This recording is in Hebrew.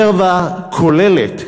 רזרבה כוללת,